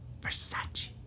Versace